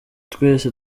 twese